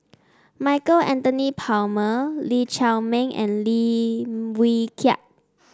Michael Anthony Palmer Lee Chiaw Meng and Lim Wee Kiak